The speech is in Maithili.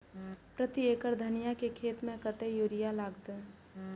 प्रति एकड़ धनिया के खेत में कतेक यूरिया लगते?